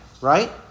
right